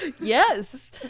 Yes